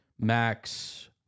Max